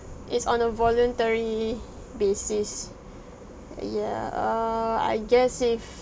it's on a voluntary basis uh ya(err) I guess if